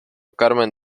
carmen